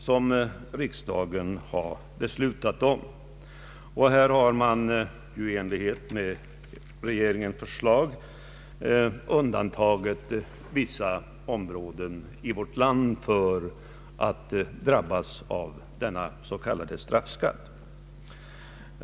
Här har riksdagen beslutat att i enlighet med regeringens förslag undanta vissa områden i vårt land så att de inte drabbas av denna s.k. straffskatt.